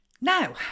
now